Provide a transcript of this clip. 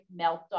meltdown